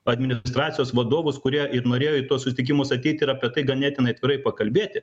administracijos vadovus kurie ir norėjo į tuos susitikimus ateit ir apie tai ganėtinai atvirai pakalbėti